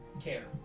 Care